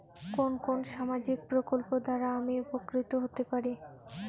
কোন কোন সামাজিক প্রকল্প দ্বারা আমি উপকৃত হতে পারি?